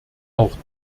auch